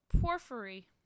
Porphyry